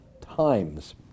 times